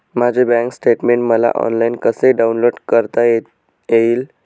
माझे bank statement मला online कसे डाउनलोड करता येईल?